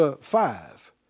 five